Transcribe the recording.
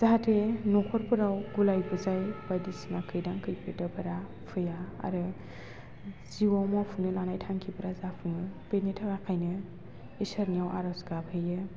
जाहाथे न'खरफोराव गुलाय गुजाय बायदिसिना खैदां खैफोद आफोदा फैया आरो जिउआव मावफुंनो लानाय थांखिफोरा जाफुङो बिनि थाखायनो इसोरनाव आरज गाबहैयो